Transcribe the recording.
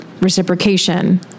reciprocation